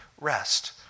rest